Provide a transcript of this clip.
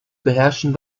beherrschen